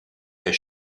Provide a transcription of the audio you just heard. est